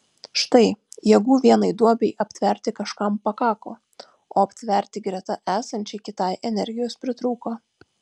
štai jėgų vienai duobei aptverti kažkam pakako o aptverti greta esančiai kitai energijos pritrūko